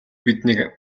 биднийг